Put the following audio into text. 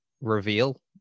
reveal